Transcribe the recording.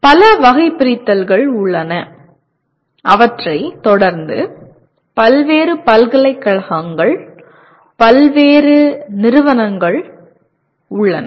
பல வகைபிரித்தல்கள் உள்ளன அவற்றைத் தொடர்ந்து பல்வேறு பல்கலைக்கழகங்கள் பல்வேறு நிறுவனங்கள் உள்ளன